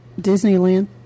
Disneyland